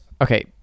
Okay